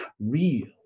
real